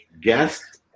guest